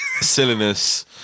Silliness